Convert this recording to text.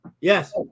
Yes